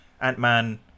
Ant-Man